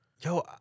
Yo